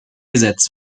gesetz